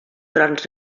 trons